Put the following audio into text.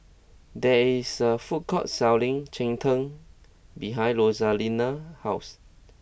there is a food court selling Cheng Tng behind Rosalinda's house